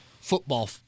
football